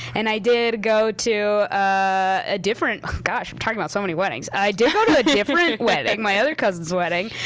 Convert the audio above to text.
and i did go to a different. gosh, i'm talking about so many weddings. i did go to a different wedding, my other cousin's wedding.